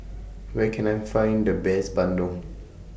Where Can I Find The Best Bandung